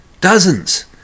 Dozens